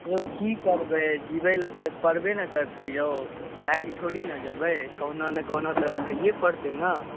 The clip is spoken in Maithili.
यौ की करबै जीबै लेल तऽ करबे ने करतै यौ भागि थोड़ी ने जेबै कहुना ने कहुना तऽ रहैए पड़तै ने